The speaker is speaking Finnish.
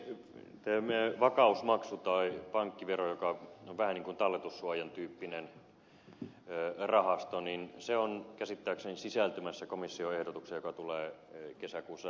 tämä vakausmaksu tai pankkivero joka on vähän niin kuin talletussuojan tyyppinen rahasto niin se on käsittääkseni sisältymässä komission ehdotukseen joka tulee kesäkuussa